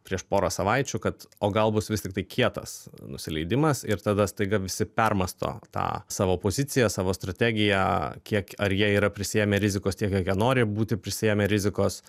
prieš porą savaičių kad o gal bus vis tiktai kietas nusileidimas ir tada staiga visi permąsto tą savo poziciją savo strategiją kiek ar jie yra prisiėmę rizikos tiek kiek jie nori būti prisiėmę rizikos